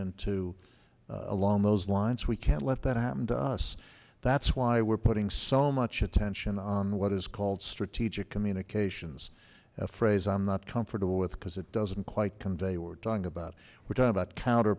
into along those lines we can't let that happen to us that's why we're putting so much attention on what is called strategic communications a phrase i'm not comfortable with because it doesn't quite convey we're talking about we're talking about counter